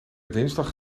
dinsdag